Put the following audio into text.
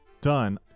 Done